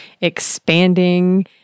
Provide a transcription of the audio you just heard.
expanding